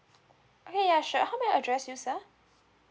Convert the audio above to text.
okay ya sure how may I address you sir